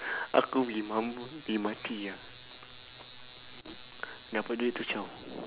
aku pergi mampus pergi mati ah dapat duit terus zhao